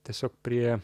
tiesiog prie